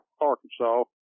Arkansas